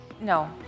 No